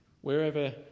wherever